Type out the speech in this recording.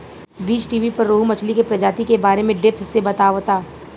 बीज़टीवी पर रोहु मछली के प्रजाति के बारे में डेप्थ से बतावता